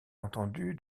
entendu